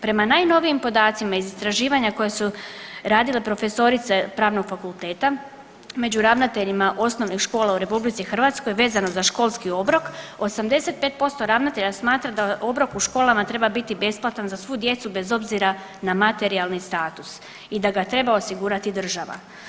Prema najnovijim podacima i istraživanja koje su radile profesorice Pravnog fakulteta među ravnateljima osnovnih škola u Republici Hrvatskoj vezano za školski obrok 85% ravnatelja smatra da obrok u školama treba biti besplatan za svu djecu bez obzira na materijalni status i da ga treba osigurati država.